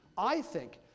i think,